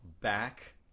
back